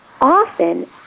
often